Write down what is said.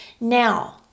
Now